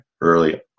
early